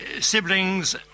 siblings